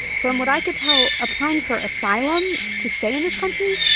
from what i could tell, applying for asylum to stay in this country,